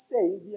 Savior